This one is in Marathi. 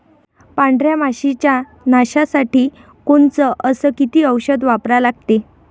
पांढऱ्या माशी च्या नाशा साठी कोनचं अस किती औषध वापरा लागते?